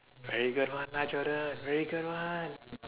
very good lah Jordan very good